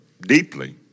deeply